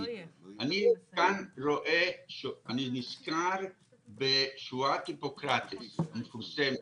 אני נזכר בשבועה היפוקרטס מפורסמת,